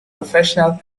professional